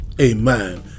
Amen